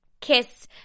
kiss